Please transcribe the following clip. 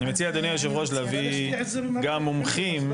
אני מציע, אדוני היושב-ראש, להביא גם מומחים.